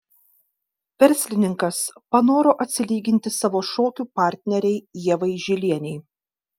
verslininkas panoro atsilyginti savo šokių partnerei ievai žilienei